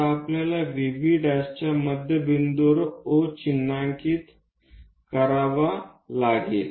आता आपल्याला VV' च्या मध्यबिंदूवर O चिन्हांकित करावे लागेल